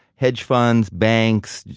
hedge funds, banks,